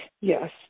Yes